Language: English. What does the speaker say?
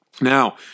Now